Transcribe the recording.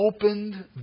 opened